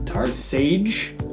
sage